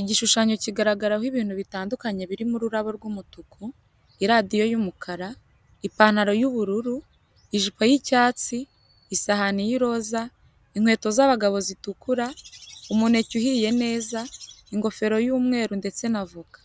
Igishushanyo kigaragaraho ibintu bitandukanye birimo ururabo rw'umutuku, iradiyo y'umukara, ipantaro y'ubururu, ijipo y'icyatsi, isahani y'iroza, inkweto z'abagabo zitukura, umuneke uhiye neza, ingofero y'umweru ndetse n'avoka.